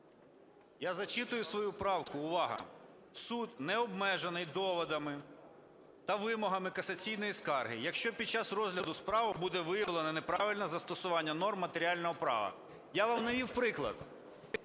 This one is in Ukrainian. Я зачитую свою правку. Увага! "Суд необмежений доводами та вимогами касаційної скарги, якщо під час розгляду справи буде виявлено неправильне застосування норм матеріального права". Я вам навів приклад.